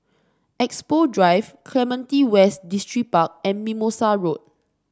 Expo Drive Clementi West Distripark and Mimosa Road